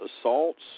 assaults